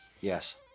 Yes